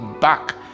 back